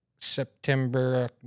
September